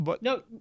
No